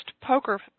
poker